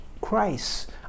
Christ